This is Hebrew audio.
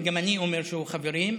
וגם אני אומר שאנחנו חברים.